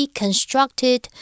constructed